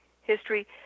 history